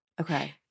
Okay